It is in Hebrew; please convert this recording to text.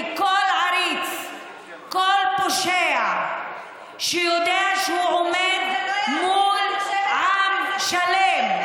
כי כל עריץ, כל פושע שיודע שהוא עומד מול עם שלם,